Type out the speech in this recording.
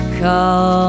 call